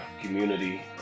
community